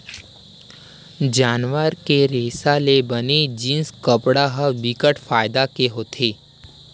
जानवर के रेसा ले बने जिनिस कपड़ा ह बिकट फायदा के होथे